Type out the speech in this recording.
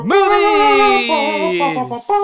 Movies